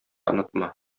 онытма